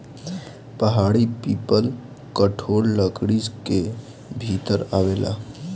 पहाड़ी पीपल कठोर लकड़ी के भीतर आवेला